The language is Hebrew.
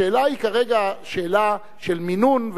השאלה היא כרגע שאלה של מינון,